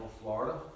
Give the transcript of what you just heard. Florida